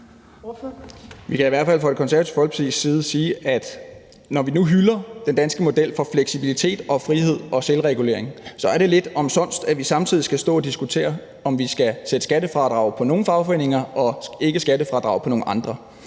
Vi kan da i hvert fald fra Det Konservative Folkepartis side sige, at når vi nu hylder den danske model for fleksibilitet, frihed og selvregulering, så er det lidt omsonst, at vi samtidig skal stå og diskutere, om vi skal sætte skattefradrag på nogle fagforeninger og ikke sætte skattefradrag på nogle andre.